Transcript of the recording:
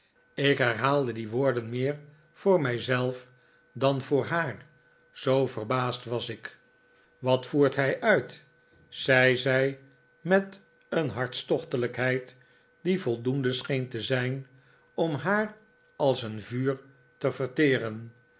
ik herhaalde die woorden meer voor mij zelf dan voor haar zoo verbaasd was ik wat voert hij uit zei zij met een hartstochtelijkheid die voldoende scheen te zijn om haar als een vuur te verteren